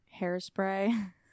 Hairspray